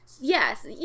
Yes